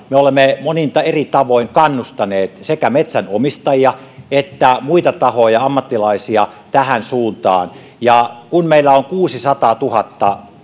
me olemme monin eri tavoin kannustaneet sekä metsän omistajia että muita tahoja ammattilaisia tähän suuntaan kun meillä on kuusisataatuhatta